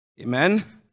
Amen